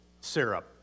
syrup